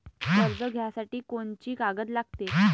कर्ज घ्यासाठी कोनची कागद लागते?